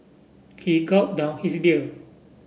he gulp down his beer